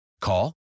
Call